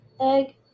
egg